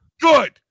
Good